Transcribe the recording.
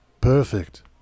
Perfect